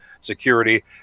security